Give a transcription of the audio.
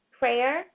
prayer